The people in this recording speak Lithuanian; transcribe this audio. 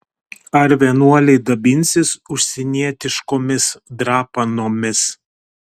ar vienuoliai dabinsis užsienietiškomis drapanomis